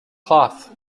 cloth